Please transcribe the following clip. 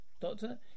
Doctor